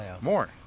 more